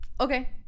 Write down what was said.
Okay